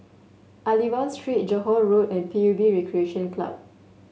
Aliwal Street Johore Road and P U B Recreation Club